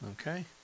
Okay